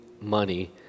money